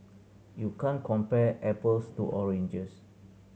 you can't compare apples to oranges